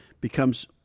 becomes